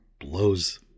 blows